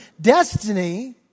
destiny